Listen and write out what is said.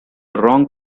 wrong